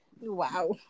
wow